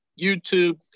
YouTube